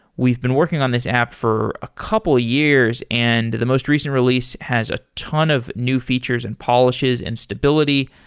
we've been working on this app for a couple of years, and the most recent release has a ton of new features and polishes and stability.